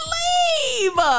leave